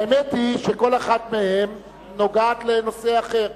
האמת היא שכל אחת מהן נוגעת לנושא אחר.